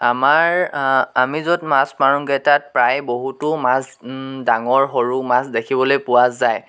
আমাৰ আমি য'ত মাছ মাৰোঁগৈ তাত প্ৰায় বহুতো মাছ ডাঙৰ সৰু মাছ দেখিবলৈ পোৱা যায়